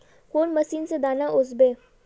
कौन मशीन से दाना ओसबे?